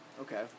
Okay